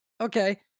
Okay